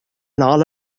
على